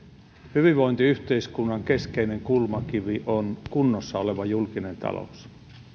hyvinvointiyhteiskunnan keskeinen kulmakivi on kunnossa oleva julkinen talous